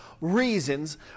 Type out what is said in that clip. reasons